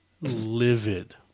livid